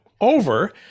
over